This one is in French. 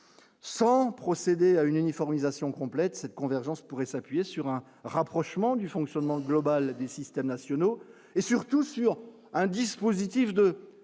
sans procéder à une uniformisation complète cette convergence pourrait s'appuyer sur un rapprochement du fonctionnement global des systèmes nationaux et surtout sur un dispositif de serpent